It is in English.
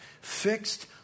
fixed